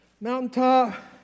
Mountaintop